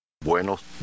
Buenos